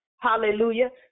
hallelujah